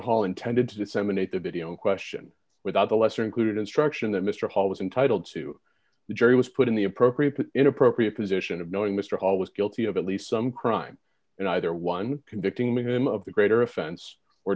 hall intended to disseminate the video in question without the lesser included instruction that mr hall was entitled to the jury was put in the appropriate inappropriate position of knowing mr hall was guilty of at least some crime in either one convicting them of the greater offense or